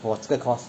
for 这个 course